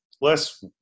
less